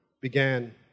began